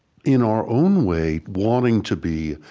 in our own way, wanting to be,